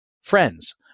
friends